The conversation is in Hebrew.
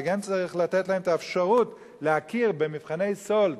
וכן צריך לתת להן את האפשרות ולהכיר במבחני סאלד,